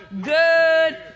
good